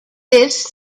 this